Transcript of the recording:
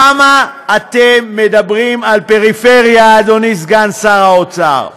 כמה אתם מדברים על פריפריה, אדוני סגן שר האוצר?